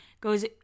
Goes